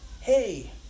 hey